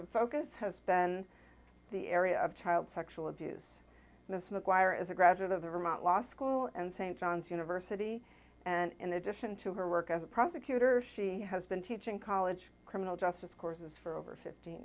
of focus has been the area of child sexual abuse miss mcguire is a graduate of the remount law school and st john's university and in addition to her work as a prosecutor she has been teaching college criminal justice courses for over fifteen